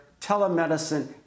telemedicine